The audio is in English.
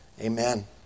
Amen